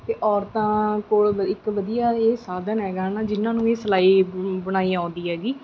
ਅਤੇ ਔਰਤਾਂ ਕੋਲ ਵ ਇੱਕ ਵਧੀਆ ਇਹ ਸਾਧਨ ਹੈਗਾ ਨਾ ਜਿਨ੍ਹਾਂ ਨੂੰ ਇਹ ਸਿਲਾਈ ਬ ਬੁਣਾਈ ਆਉਂਦੀ ਹੈਗੀ